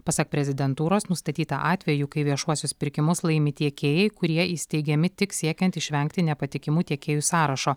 pasak prezidentūros nustatyta atvejų kai viešuosius pirkimus laimi tiekėjai kurie įsteigiami tik siekiant išvengti nepatikimų tiekėjų sąrašo